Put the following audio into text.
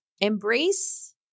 Embrace